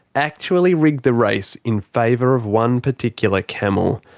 actually rig the race in favour of one particular camel?